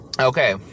okay